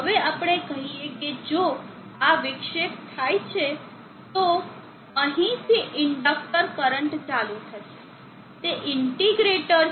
હવે આપણે કહીએ કે જો આ વિક્ષેપ થાય છે તો અહીંથી ઇન્ડકટર કરંટ ચાલુ થશે તે ઈન્ટીગ્રૅટર છે